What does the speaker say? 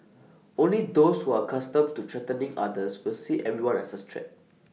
only those who are costumed to threatening others will see everyone as A threat